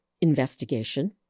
investigation